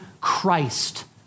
Christ